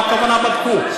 מה הכוונה בדקו?